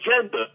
agenda